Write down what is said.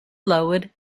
lowered